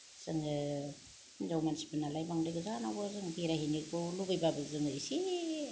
जोङो हिनजाव मानसिफोर नालाय बांद्राय गोजानावबो जों बेरायहैनायखौ लुगैब्लाबो जोङो इसे